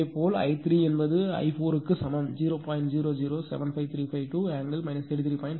அதேபோல I3 என்பது i4 க்கு சமம் 0